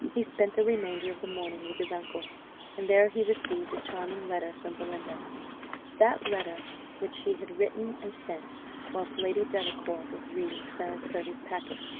he spent the remainder of the morning with his uncle and there he received a charming letter from belinda that letter which she had written and sent whilst lady delacour was reading clarence hervey's packet.